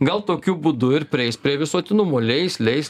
gal tokiu būdu ir prieis prie visuotinumo leis leis